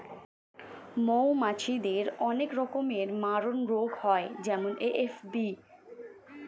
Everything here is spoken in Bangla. মৌমাছিদের অনেক রকমের মারণরোগ হয় যেমন এ.এফ.বি